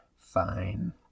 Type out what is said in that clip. fine